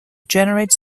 generates